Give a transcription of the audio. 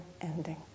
ending